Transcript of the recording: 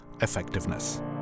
effectiveness